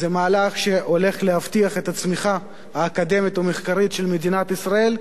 זה מהלך שהולך להבטיח את הצמיחה האקדמית והמחקרית של מדינת ישראל,